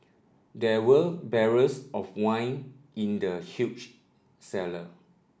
there were barrels of wine in the huge cellar